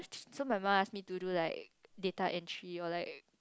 so my mom ask me to do like data entry or like